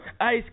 Ice